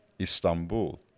Istanbul